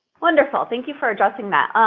wonderful. thank you for addressing that.